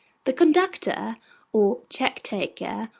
the conductor or check-taker,